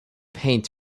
paint